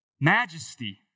majesty